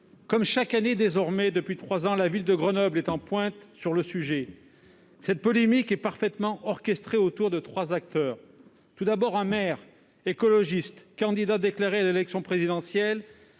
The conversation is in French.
Comme chaque année depuis trois ans, la ville de Grenoble est en pointe sur le sujet ! Cette polémique est parfaitement orchestrée autour de trois acteurs. Tout d'abord, on trouve un maire écologiste, candidat déclaré à l'élection présidentielle